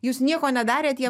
jūs nieko nedarėt jie